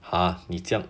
!huh! 你这样